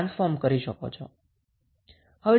તો શુ થશે